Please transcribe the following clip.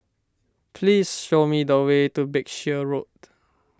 please show me the way to Berkshire Road